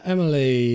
Emily